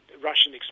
Russian